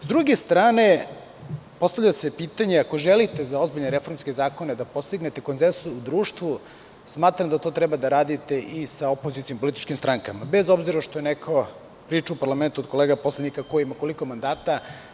Sa druge strane, postavlja se pitanje ako želite za ozbiljne reformske zakone da postignete konsenzus u društvu smatram da to treba da radite i sa opozicionim političkim strankama, bez obzira što neko pričao u parlamentu od kolega poslanika ko ima koliko mandata.